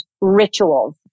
rituals